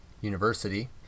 University